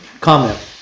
comment